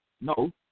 No